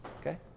Okay